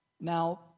Now